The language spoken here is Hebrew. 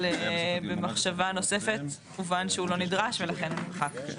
אבל במחשבה נוספת הובן שהוא לא נדרש ולכן הוא נמחק.